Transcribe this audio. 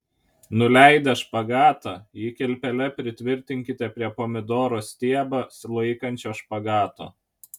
nuleidę špagatą jį kilpele pritvirtinkite prie pomidoro stiebą laikančio špagato